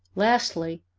lastly,